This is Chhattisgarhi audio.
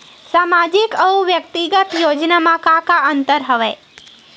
सामाजिक अउ व्यक्तिगत योजना म का का अंतर हवय?